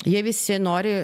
jie visi nori